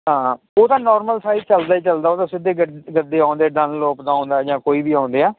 ਹਾਂ ਉਹ ਤਾਂ ਨੌਰਮਲ ਸਾਈਜ ਚੱਲਦਾ ਈ ਚੱਲਦਾ ਉਹ ਤਾਂ ਸਿੱਧੇ ਈ ਗੱਦੇ ਆਉਂਦੇ ਡਨਲੋਪ ਦਾ ਆਉਂਦਾ ਜਾਂ ਕੋਈ ਵੀ ਆਉਂਦੇ ਐ